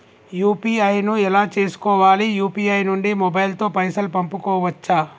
UPI ను ఎలా చేస్కోవాలి యూ.పీ.ఐ నుండి మొబైల్ తో పైసల్ పంపుకోవచ్చా?